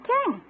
King